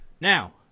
Now